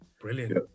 Brilliant